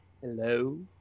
Hello